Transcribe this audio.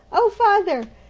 oh, father,